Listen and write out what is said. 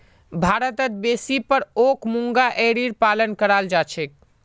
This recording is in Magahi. भारतत बेसी पर ओक मूंगा एरीर पालन कराल जा छेक